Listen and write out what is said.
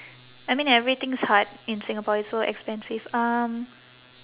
I mean everything's hard in singapore it's so expensive um